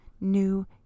new